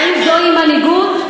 זה מה שאתם.